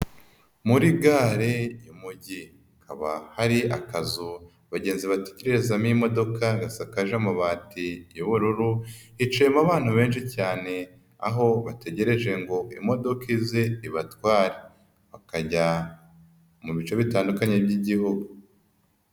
Muri gare y'umujyi hakaba hari akazu abagenzi bategererezamo imodoka gasakaje amabati y'ubururu hicayemo abantu benshi cyane aho bategereje ngo imodoka ize ibatware bakajya mu bice bitandukanye by'igihugu.